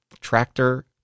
tractor